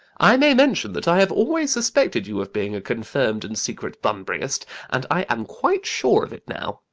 i may mention that i have always suspected you of being a confirmed and secret bunburyist and i am quite sure of it now.